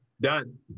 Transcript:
done